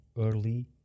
early